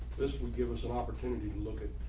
this would give us an opportunity to look at,